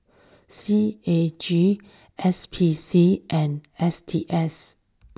C A G S P C and S T S